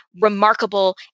remarkable